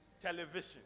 Television